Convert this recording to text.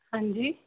ਹਾਂਜੀ